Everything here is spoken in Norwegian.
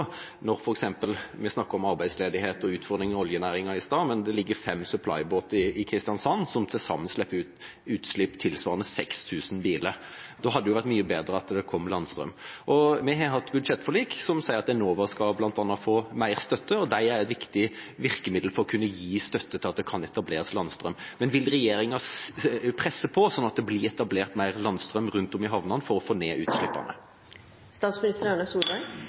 vi snakket om arbeidsledighet og utfordringer i oljenæringa i stad – når det f.eks. ligger fem supplybåter i Kristiansand som til sammen slipper ut like mye som 6 000 biler. Det hadde vært mye bedre at det kom landstrøm. Vi har et budsjettforlik som sier at bl.a. Enova skal få mer støtte. Det er et viktig virkemiddel for å kunne gi støtte til at det kan etableres landstrøm. Men vil regjeringa presse på, sånn at det blir etablert mer landstrøm rundt om i havnene for å få ned